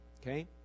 Okay